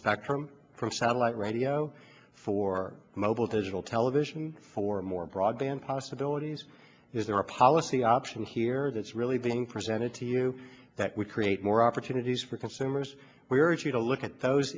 spectrum from satellite radio for mobile digital television for more broadband possibilities is there a policy option here that's really being presented to you that would create more opportunities for consumers we urge you to look at those